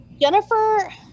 jennifer